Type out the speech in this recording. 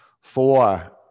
four